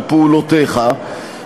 על פעולותיך,